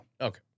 Okay